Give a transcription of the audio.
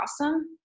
awesome